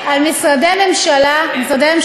על משרדי הממשלה.